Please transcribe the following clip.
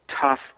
tough